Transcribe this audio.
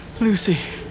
Lucy